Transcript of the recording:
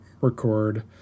record